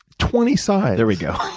twenty sides. there we go.